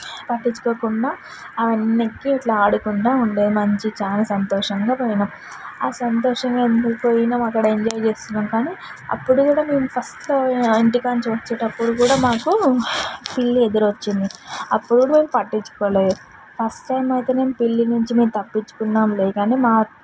పట్టించుకోకుండా అవన్నెక్కి ఇట్లా ఆడుకుంటా ఉండే మంచిగా చాలా సంతోషంగా పోయినాం ఆ సంతోషమేంది పోయినాం అక్కడ ఎంజాయ్ చేసినాముస్తున్నాం కానీ అప్పుడు కూడా మేము ఫస్ట్లో ఇంటికాడ నుంచి వచ్చేటప్పుడు కూడా మాకు పిల్లెదురొచ్చింది అప్పుడు మేము పట్టించుకోలేదు ఫస్ట్ టైం అయితేనే పిల్లి నుంచి మేము తప్పించుకున్నాంలే గానీ మా